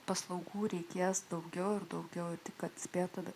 paslaugų reikės daugiau ir daugiau tik kad spėtumėme